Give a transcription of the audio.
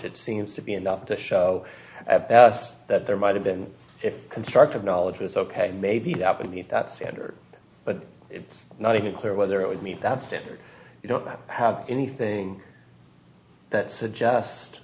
it seems to be enough to show that there might have been if construct of knowledge was ok maybe that would meet that standard but it's not even clear whether it would meet that standard you don't have anything that